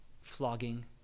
flogging